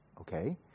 Okay